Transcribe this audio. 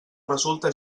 resulta